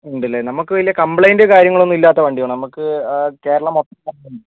ഉണ്ട് അല്ലേ നമുക്ക് വലിയ കംപ്ലൈൻറ്റ് കാര്യങ്ങളൊന്നുമില്ലാത്ത വണ്ടി വേണം നമുക്ക് കേരളം മൊത്തം കറങ്ങണം